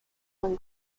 one